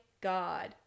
god